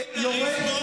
אתם רוצים לריב פה.